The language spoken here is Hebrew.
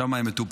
שם הם מטופלים.